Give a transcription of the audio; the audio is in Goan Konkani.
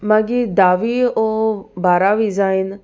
मागीर दावी ओ बारावी जायन